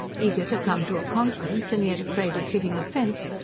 eager to come to a conference, and yet afraid of giving offence,